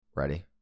ready